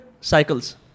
cycles